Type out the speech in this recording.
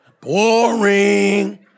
Boring